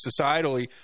societally